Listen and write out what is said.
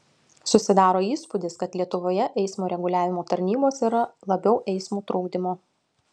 susidaro įspūdis kad lietuvoje eismo reguliavimo tarnybos yra labiau eismo trukdymo